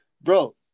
Bro